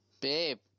Babe